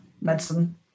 medicine